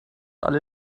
alle